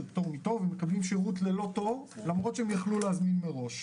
פטור מתור והם מקבלים שירות ללא תור למרות שהם יכלו להזמין מראש.